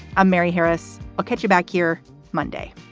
i'm mary harris. i'll catch you back here monday